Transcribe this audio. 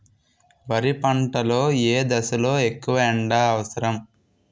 వరి పంట లో ఏ దశ లొ ఎక్కువ ఎండా అవసరం?